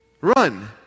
Run